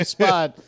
spot